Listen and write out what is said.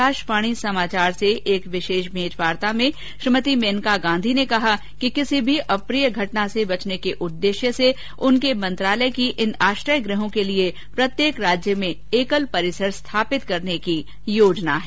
आकाशवाणी समाचार से एक विशेष भेंटवार्ता में श्रीमती मेनका गांधी ने कहा कि किसी भी अप्रिय घटना से बचने के उद्देश्य से उनके मंत्रालय की इन आश्रय गृहों के लिए प्रत्येक राज्य में एकल परिसर स्थापित करने की योजना है